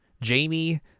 Jamie